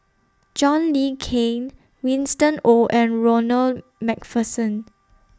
John Le Cain Winston Oh and Ronald MacPherson